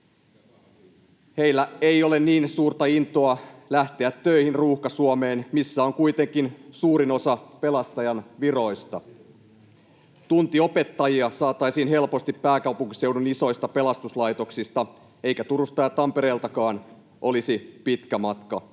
Heillä ei ole niin suurta intoa lähteä töihin Ruuhka-Suomeen, missä on kuitenkin suurin osa pelastajanviroista. Tuntiopettajia saataisiin helposti pääkaupunkiseudun isoista pelastuslaitoksista, eikä Turussa ja Tampereeltakaan olisi pitkä matka.